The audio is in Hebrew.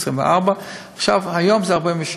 וכיום זה 46